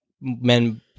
men